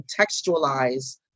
contextualize